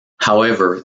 however